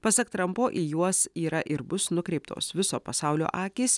pasak trampo į juos yra ir bus nukreiptos viso pasaulio akys